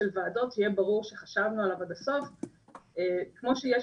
של ועדות שיהיה ברור שחשבנו עליו עד הסוף כמו שיש